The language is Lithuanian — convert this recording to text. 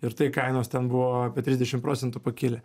ir tai kainos ten buvo apie trisdešim procentų pakilę